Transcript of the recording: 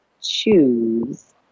choose